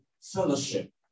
fellowship